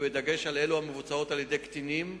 בדגש על אלה המבוצעות על-ידי קטינים.